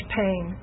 pain